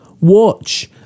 Watch